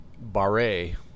Barre